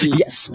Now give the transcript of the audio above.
yes